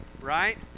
right